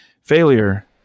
failure